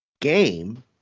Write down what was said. game